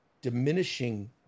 diminishing